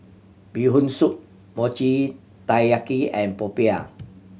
Bee Hoon Soup Mochi Taiyaki and popiah